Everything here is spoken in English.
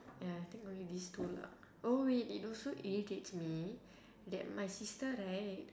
ya I think only this two lah oh wait it also irritates me that my sister right